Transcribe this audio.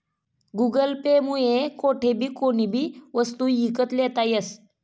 Google Pay मुये कोठेबी कोणीबी वस्तू ईकत लेता यस